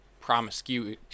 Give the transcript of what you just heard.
promiscuous